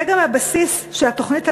זה גם הבסיס של התוכנית הנוכחית,